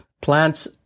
plants